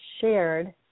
shared